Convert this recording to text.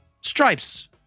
stripes